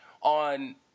on